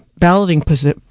balloting